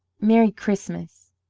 merry christmas!